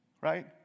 right